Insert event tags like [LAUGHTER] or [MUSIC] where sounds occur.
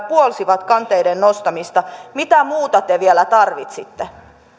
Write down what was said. [UNINTELLIGIBLE] puolsivat kanteiden nostamista mitä muuta te vielä tarvitsitte